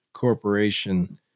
corporation